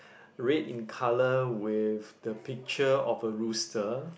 red in colour with the picture of a rooster